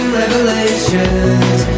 revelations